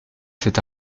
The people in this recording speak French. cet